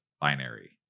binary